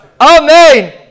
Amen